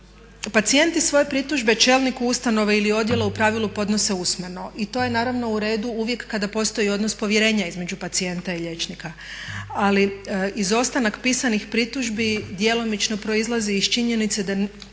Pacijenti svoje pritužbe čelniku ustanove ili odjela u pravilu podnose usmeno. To je naravno u redu uvijek kada postoji odnos povjerenja između pacijenta i liječnika. Ali izostanak pisanih pritužbi djelomično proizlazi iz činjenice da